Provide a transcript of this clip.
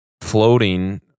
floating